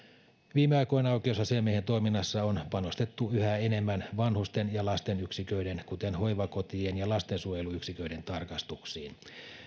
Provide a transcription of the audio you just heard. viime aikoina oikeusasiamiehen toiminnassa on panostettu yhä enemmän vanhusten ja lastenyksiköiden kuten hoivakotien ja lastensuojeluyksiköiden tarkastuksiin